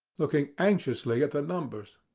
looking anxiously at the numbers.